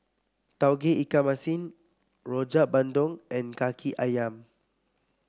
Tauge Ikan Masin Rojak Bandung and Kaki ayam